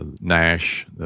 Nash